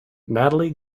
natalie